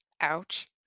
Ouch